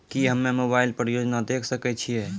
की हम्मे मोबाइल पर योजना देखय सकय छियै?